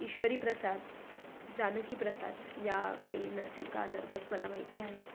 ईश्वरीप्रसाद जानकी प्रसाद या काही नर्तिका नर्तक मला माहिती आहेत